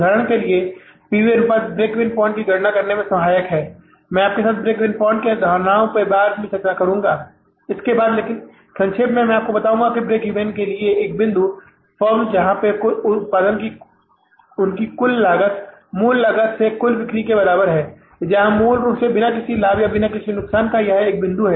उदाहरण के लिए पी वी अनुपात ब्रेक ईवन पॉइंट की गणना करने में बहुत सहायक है मैं आपके साथ ब्रेक ईवन पॉइंट की अवधारणा पर बाद में चर्चा करुंगा इसके बाद लेकिन संक्षेप में मैं आपको बताऊंगा ब्रेक ईवन के लिए एक बिंदु फर्म जहां उत्पादन की उनकी कुल लागत मूल रूप से कुल बिक्री के बराबर है यह मूल रूप से बिना किसी लाभ या नुकसान का एक बिंदु है